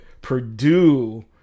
Purdue